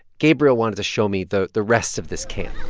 gabriel wanted to show me the the rest of this camp